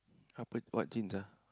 apa what jeans ah